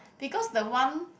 because the one